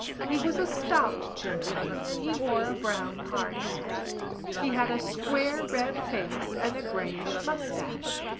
he was a stout gentleman and he wore a brown hard hat he had a square red face and a greyish moustache.